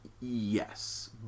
yes